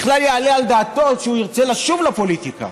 בכלל יעלה על דעתו שהוא ירצה לשוב לפוליטיקה.